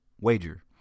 wager